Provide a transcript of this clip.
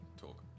talk